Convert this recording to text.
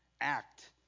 act